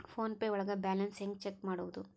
Phone pay ಒಳಗ balance ಹೆಂಗ್ check ಮಾಡುವುದು?